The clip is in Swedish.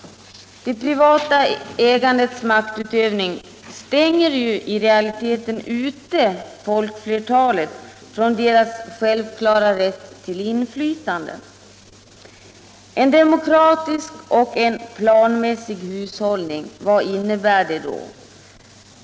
Det privata ägandets maktutövning stänger i realiteten ute folkflertalet från inflytande, som de har en självklar rätt till. En demokratisk och en planmässig hushållning — vad innebär då det?